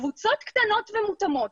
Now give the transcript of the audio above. קבוצות קטנות ומותאמות,